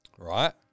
Right